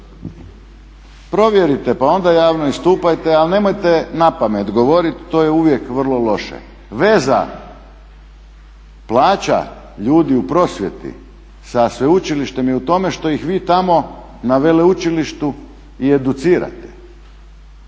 Provjerite pa onda javno istupajte, a nemojte napamet govoriti to je uvijek vrlo loše. Veza plaća ljudi u prosvjeti sa sveučilištem je u tome što ih vi damo na veleučilištu i educirate,